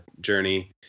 journey